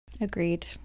Agreed